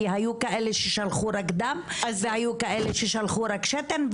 כי היו כאלה ששלחו רק דם והיו כאלה ששלחו רק שתן,